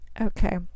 okay